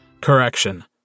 Correction